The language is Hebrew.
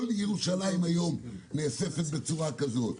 כל ירושלים היום --- בצורה כזאת.